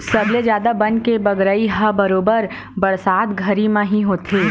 सबले जादा बन के बगरई ह बरोबर बरसात घरी म ही होथे